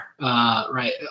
right